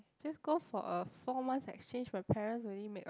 just go for a four months exchange my parents make a